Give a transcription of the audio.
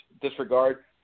disregard